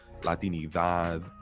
Latinidad